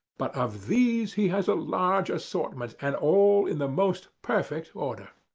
but of these he has a large assortment, and all in the most perfect order.